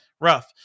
rough